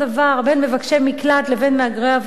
בין מבקשי מקלט לבין מהגרי עבודה,